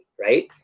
right